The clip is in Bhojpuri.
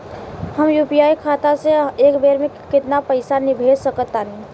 हम यू.पी.आई खाता से एक बेर म केतना पइसा भेज सकऽ तानि?